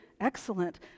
excellent